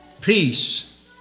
peace